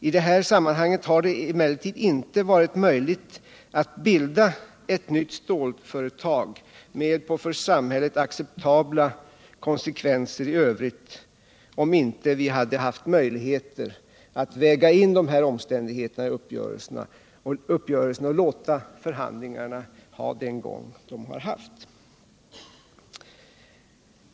I det här sammanhanget har det emellertid inte varit möjligt att bilda ett nytt stålföretag med för samhället acceptabla konsekvenser i övrigt, om vi inte hade haft möjligheter att väga in de här omständigheterna i uppgörelsen och låta förhandlingarna ha den gång de har haft.